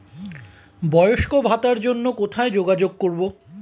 বয়স্ক ভাতার জন্য কোথায় যোগাযোগ করব?